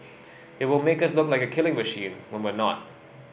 it will make us look like a killing machine when we're not